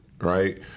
right